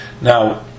Now